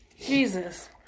Jesus